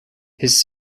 his